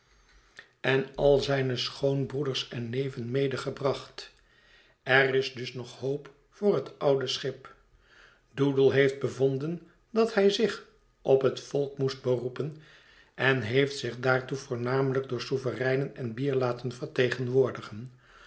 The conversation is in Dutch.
en al zijne schoonbroeders en neven medegebracht er is dus nog hoop voor het oude schip doodle heeft bevonden dat hij zich op het volk moest beroepen en zich daartoe voornamelijk door souvereinen en bier laten vertegenwoordigen